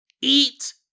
eat